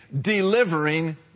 delivering